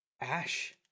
Ash